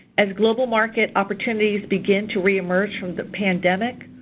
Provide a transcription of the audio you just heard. as global market opportunities begin to re-emerge from the pandemic,